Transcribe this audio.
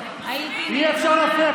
מכחישה,